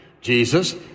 Jesus